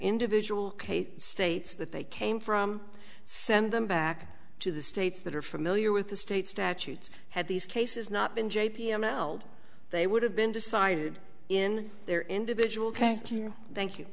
individual case states that they came from send them back to the states that are familiar with the state statutes had these cases not been j p l meld they would have been decided in their individual case thank you